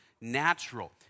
natural